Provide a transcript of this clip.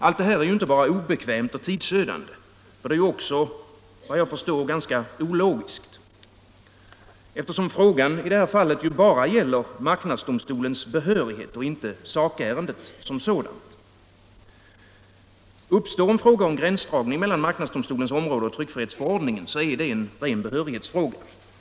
Allt detta är inte bara obekvämt och tidsödande, utan det är också enligt vad jag förstår ganska ologiskt, eftersom frågan i det här fallet bara gäller marknadsdomstolens behörighet och inte sakärendet som sådant. Uppstår fråga om gränsdragning mellan marknadsdomstolens område och tryckfrihetsförordningen är det en ren behörighetsfråga.